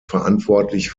verantwortlich